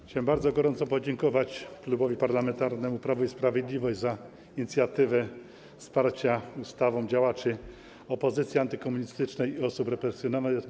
Chciałbym bardzo gorąco podziękować Klubowi Parlamentarnemu Prawo i Sprawiedliwość za inicjatywę wsparcia ustawą działaczy opozycji antykomunistycznej i osób represjonowanych.